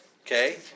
Okay